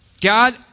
God